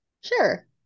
Sure